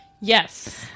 Yes